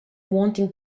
wanting